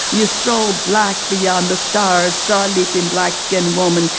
you stroll black beyond the stars, star leaping black skin woman.